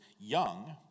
young